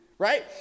right